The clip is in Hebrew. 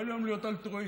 כל יום להיות אלטרואיסט,